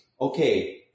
okay